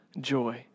joy